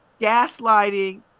gaslighting